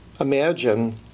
Imagine